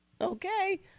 Okay